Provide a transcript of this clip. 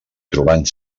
trobant